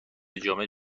جامعه